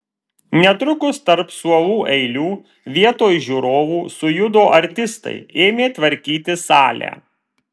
netrukus tarp suolų eilių vietoj žiūrovų sujudo artistai ėmė tvarkyti salę